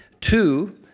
Two